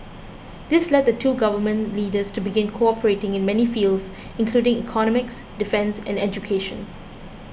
this led the two Government Leaders to begin cooperating in many fields including economics defence and education